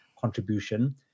contribution